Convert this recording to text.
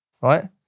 Right